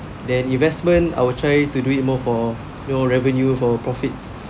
then investment I will try to do it more for you know revenue for profits